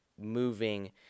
moving